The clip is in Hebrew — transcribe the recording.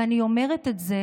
ואני אומרת את זה